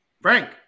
Frank